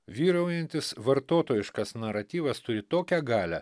vyraujantis vartotojiškas naratyvas turi tokią galią